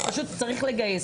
כי פשוט צריך לגייס.